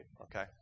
Okay